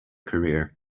career